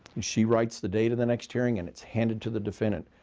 she writes the date of the next hearing and it's handed to the defendant.